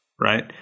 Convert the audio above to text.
right